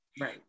right